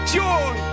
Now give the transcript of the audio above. joy